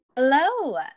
Hello